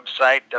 website